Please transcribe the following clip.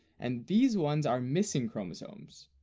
and these ones are missing chromosomes.